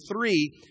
three